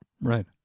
Right